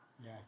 Yes